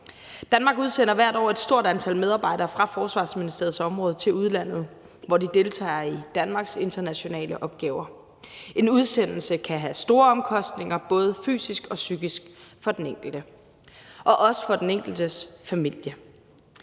Danmark udsender hvert år et stort antal medarbejdere fra Forsvarsministeriets område til udlandet, hvor de deltager i Danmarks internationale opgaver. En udsendelse kan have store omkostninger for den enkelte – både fysisk og psykisk – og også for den enkeltes familie.